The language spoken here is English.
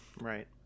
Right